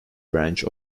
branch